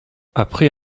après